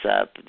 up